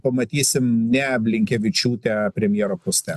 pamatysim ne blinkevičiūtę premjero poste